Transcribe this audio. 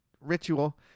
ritual